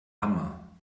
hammer